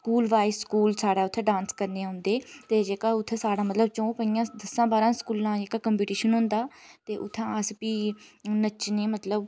school wise school सारा उ'त्थें dance करने औंदे ते जेह्का उ'त्थें साढा चौं पंजें दसें बारहें स्कूलां जेह्का कम्पीटिशन होंदा ते उ'त्थें अस भी नच्चने मतलब